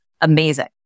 amazing